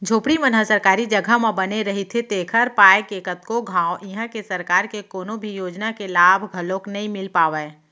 झोपड़ी मन ह सरकारी जघा म बने रहिथे तेखर पाय के कतको घांव इहां के सरकार के कोनो भी योजना के लाभ घलोक नइ मिल पावय